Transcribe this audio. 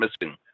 missing